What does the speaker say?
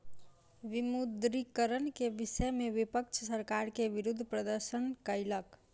विमुद्रीकरण के विषय में विपक्ष सरकार के विरुद्ध प्रदर्शन कयलक